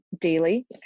daily